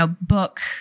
book